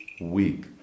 week